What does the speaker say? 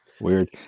Weird